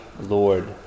Lord